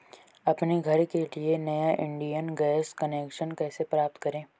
अपने घर के लिए नया इंडियन गैस कनेक्शन कैसे प्राप्त करें?